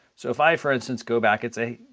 so if i, for instance, go back and say,